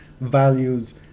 values